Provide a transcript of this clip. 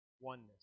oneness